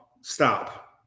stop